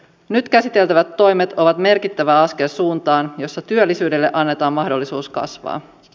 nyt käsiteltävät toimet ovat merkittävä askel suuntaan jossa työllisyydelle annetaan mahdollisuus kasvaa